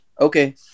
Okay